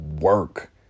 work